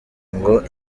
ngo